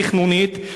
תכנונית,